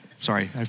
Sorry